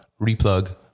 replug